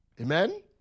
Amen